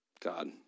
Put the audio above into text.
God